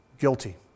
Guilty